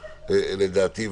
לדעתי,